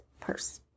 purse